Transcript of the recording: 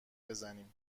بزنیم